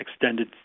extended